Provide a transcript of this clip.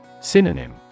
Synonym